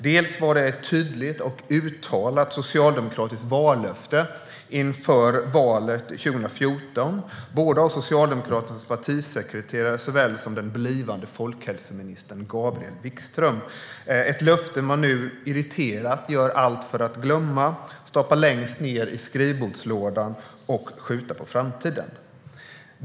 Dels var det ett tydligt och uttalat socialdemokratiskt vallöfte inför valet 2014, både från Socialdemokraternas partisekreterare och från den blivande folkhälsoministern Gabriel Wikström. Det är ett löfte som man nu irriterat gör allt för att glömma, stoppa längst ned i skrivbordslådan och skjuta på framtiden.